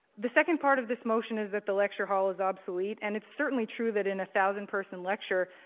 the second part of this motion is that the lecture hall is obsolete, and it's certainly true that in a thousand-person lecture,